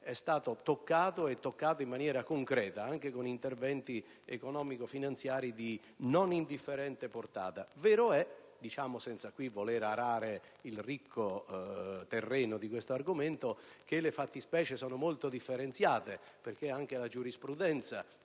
esso precedente, e in maniera concreta, anche con interventi economico‑finanziari di non indifferente portata. Vero è, lo dico anche qui senza volere arare il ricco terreno di tale argomento, che le fattispecie sono molto differenziate e anche la giurisprudenza